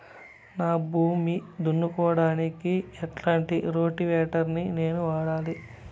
నా భూమి దున్నుకోవడానికి ఎట్లాంటి రోటివేటర్ ని నేను వాడాలి?